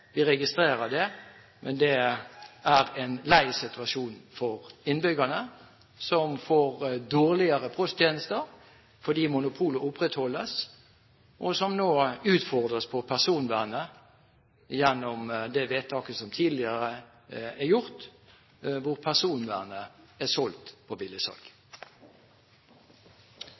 Vi registrerer det. Men det er en lei situasjon for innbyggerne, som får dårligere posttjenester fordi monopolet opprettholdes, og som nå utfordres på personvernet gjennom det vedtaket som er gjort tidligere, hvor personvernet er solgt på